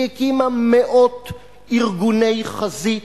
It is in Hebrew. היא הקימה מאות ארגוני חזית,